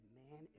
man